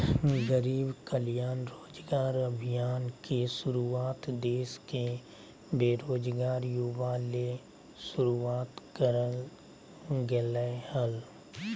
गरीब कल्याण रोजगार अभियान के शुरुआत देश के बेरोजगार युवा ले शुरुआत करल गेलय हल